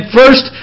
first